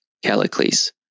Callicles